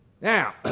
Now